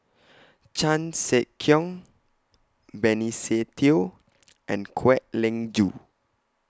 Chan Sek Keong Benny Se Teo and Kwek Leng Joo